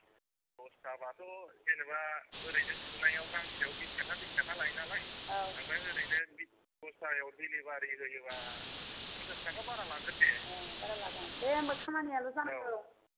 दसथाबाथ' जेन'बा ओरैनो सुनायाव गांसेयाव बीस थाखा बीस थाखा लायो नालाय औ आमफ्राय ओरैनो बीस थाखायाव दिलिबारि जायोबा पनसास थाखा बारि लागोन दे बारा लागोन दे होनबा खामानियाल' जानांगौ औ